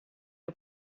who